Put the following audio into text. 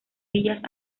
villas